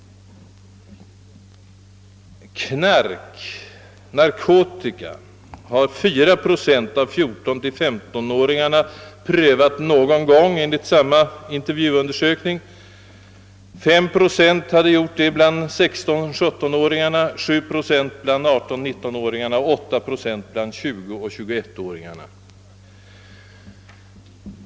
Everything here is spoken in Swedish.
Narkotika — »knark» — har 4 procent av 14—15-åringarna prövat någon gång enligt samma intervjuundersök ning, och 5 procent av 16—17-åringarna, 7 procent bland 18—19-åringarna och 8 procent bland 20—21-åringarna har gjort det.